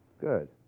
Good